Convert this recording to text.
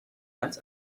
als